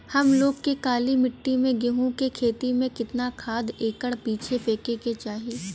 हम लोग के काली मिट्टी में गेहूँ के खेती में कितना खाद एकड़ पीछे फेके के चाही?